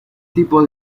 tipo